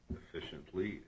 efficiently